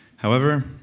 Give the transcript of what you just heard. however,